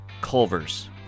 Culver's